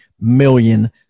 million